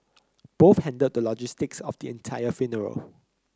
both handled the logistics of the entire funeral